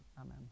amen